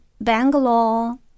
Bangalore